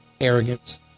Arrogance